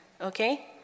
Okay